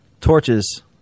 torches